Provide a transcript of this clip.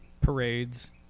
Parades